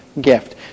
gift